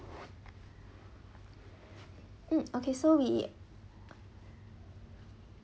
mm okay so we